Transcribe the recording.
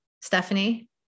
Stephanie